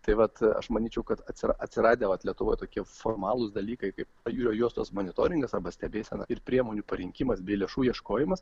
tai vat aš manyčiau kad atsiras atsiradę vat lietuvoje tokie formalūs dalykai kaip pajūrio juostos monitoringas arba stebėsena ir priemonių parinkimas bei lėšų ieškojimas